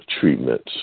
treatments